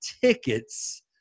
tickets